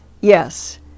Yes